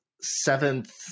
seventh